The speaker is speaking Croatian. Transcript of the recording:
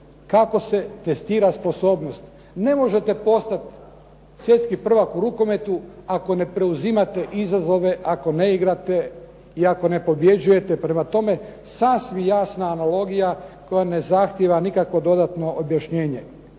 Kako se testira sposobnost? Ne možete postat svjetski prvak u rukometu ako ne preuzimate izazove, ako ne igrate i ako ne pobjeđujete. Prema tome, sasvim jasna analogija koja ne zahtijeva nikakvo dodatno objašnjenje.